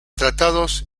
tratados